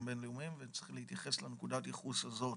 בין-לאומיים וצריך להתייחס לנקודת הייחוס הזאת.